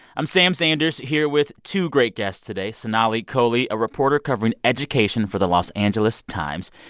i'm sam sanders here with two great guests today sonali kohli, a reporter covering education for the los angeles times,